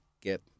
get